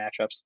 matchups